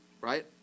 Right